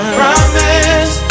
promise